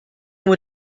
nur